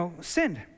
sinned